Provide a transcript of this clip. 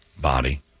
body